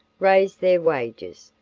raise their wages,